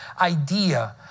idea